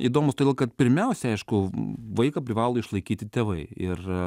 įdomus todėl kad pirmiausia aišku vaiką privalo išlaikyti tėvai ir